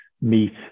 meet